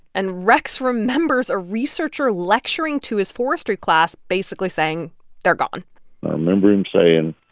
and rex remembers a researcher lecturing to his forestry class, basically saying they're gone i remember him saying,